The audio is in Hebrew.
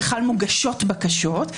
בכלל מוגשת בקשות.